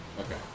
Okay